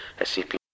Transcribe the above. SCP